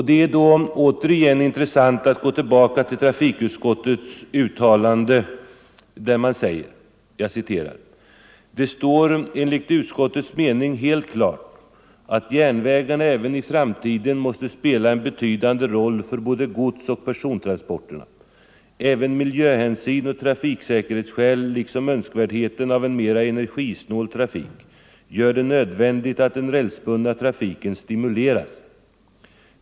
Det är då återigen intressant att gå tillbaka till trafikutskottets uttalande, där det heter: ”Det står enligt utskottets mening alldeles klart att järnvägarna även i framtiden måste spela en betydande roll för både godsoch persontransporter. Även miljöhänsyn och trafiksäkerhetsskäl liksom önskvärdheten av en mera energisnål trafik gör det nödvändigt att den rälsbundna trafiken stimuleras.